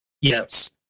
yes